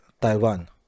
taiwan